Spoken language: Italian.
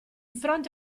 fronte